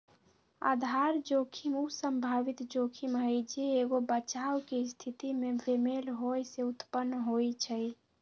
आधार जोखिम उ संभावित जोखिम हइ जे एगो बचाव के स्थिति में बेमेल होय से उत्पन्न होइ छइ